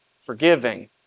forgiving